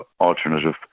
alternative